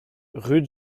rue